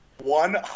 One